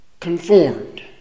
conformed